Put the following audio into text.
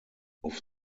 auf